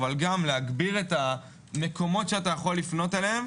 אבל להגביר את המקומות שאתה יכול לפנות אליהם.